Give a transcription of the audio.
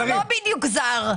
הוא לא בדיוק זר.